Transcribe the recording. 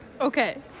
Okay